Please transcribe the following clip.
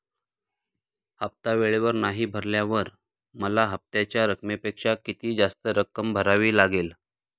हफ्ता वेळेवर नाही भरल्यावर मला हप्त्याच्या रकमेपेक्षा किती जास्त रक्कम भरावी लागेल?